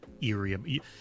eerie